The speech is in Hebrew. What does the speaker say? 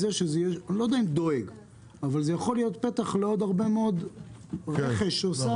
יכול להיות פתח לעוד הרבה מאד רכש שעושה